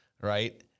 right